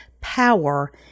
power